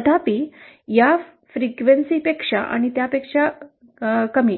तथापि या वारंवारतेपेक्षा आणि त्यापेक्षा कमी